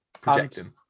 projecting